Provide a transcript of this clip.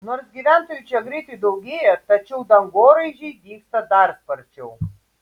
nors gyventojų čia greitai daugėja tačiau dangoraižiai dygsta dar sparčiau